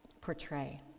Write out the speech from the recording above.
portray